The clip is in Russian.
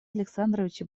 александровича